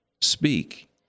speak